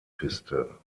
piste